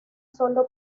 sólo